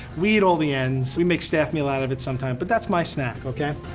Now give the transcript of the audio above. we eat all the ends, we make staff meal out of it sometime. but that's my snack, okay.